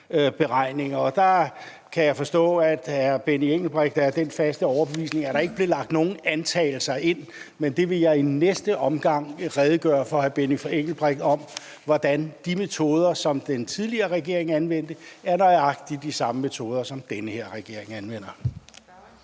Jeg kan forstå, at hr. Benny Engelbrecht er af den faste overbevisning, at der ikke blev lagt nogen antagelser ind. Men jeg vil i næste omgang redegøre for over for hr. Benny Engelbrecht, at de metoder, som den tidligere regering anvendte, er nøjagtig de samme metoder, som den her regering anvender.